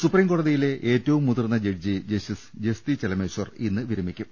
supreme കോടതിയിലെ ഏറ്റവും മുതിർന്ന ജഡ്ജി ജസ്റ്റിസ് ജസ്തി ചെലമേശ്വർ ഇന്ന് വിരമിക്കും